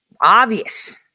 obvious